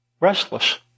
restless